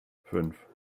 fünf